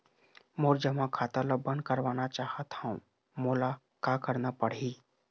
मोर जमा खाता ला बंद करवाना चाहत हव मोला का करना पड़ही?